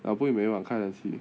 ah 我不会每一晚开冷气